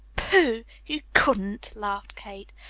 pooh! you couldn't! laughed kate.